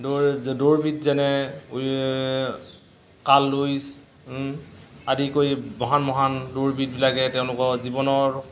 দৌৰ দৌৰবিদ যেনে কাৰ্ল লুইছ আদি কৰি মহান মহান দৌৰবিদবিলাকে তেওঁলোকৰ জীৱনৰ